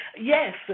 Yes